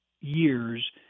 years